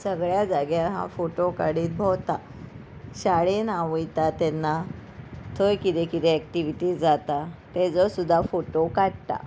सगळ्या जाग्यार हांव फोटो काडीत भोंवता शाळेन हांव वयतां तेन्ना थंय किदें किदें एक्टिविटीज जाता तेजो सुद्दा फोटो काडटा